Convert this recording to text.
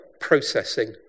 processing